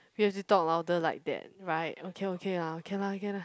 you have to talk louder like that right okay okay lah can lah can lah